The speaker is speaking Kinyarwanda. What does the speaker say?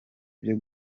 byo